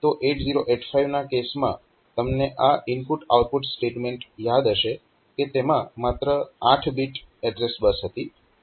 તો 8085 ના કેસમાં તમને આ ઇનપુટ આઉટપુટ સ્ટેટમેન્ટ યાદ હશે કે તેમાં માત્ર 8 બીટ એડ્રેસ બસ હતી